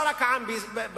לא רק העם בארץ,